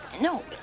No